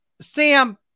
Sam